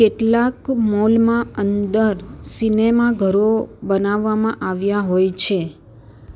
કેટલાક મોલમાં અંદર સિનેમા ઘરો બનાવવામાં આવ્યાં હોય છે